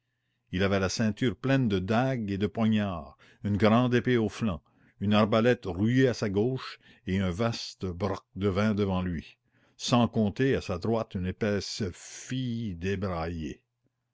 il avait la ceinture pleine de dagues et de poignards une grande épée au flanc une arbalète rouillée à sa gauche et un vaste broc de vin devant lui sans compter à sa droite une épaisse fille débraillée